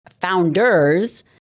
founders